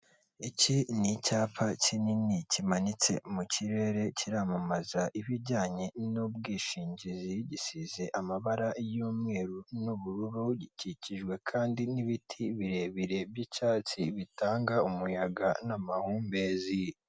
Iki ni icyapa kinini kimanitse mu kirere kiramamaza ibijyanye n'ubwishingizi gisize amabara y'umweru n'ubururu gikikijwe kandi n'ibiti birebire by'icyatsi bitanga umuyaga n'amahumbezi.